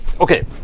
Okay